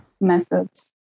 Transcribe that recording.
methods